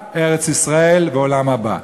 ארץ-ישראל ועולם הבא.